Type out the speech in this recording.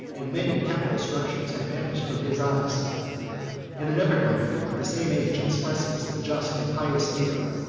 and many capital structures, had vanished from his eyes and an epigram of the same age expresses a just and pious fear,